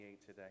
today